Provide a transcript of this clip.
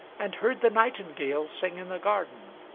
and heard the nightingale sing in the garden,